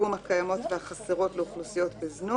חס ושלום.